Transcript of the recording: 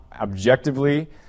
objectively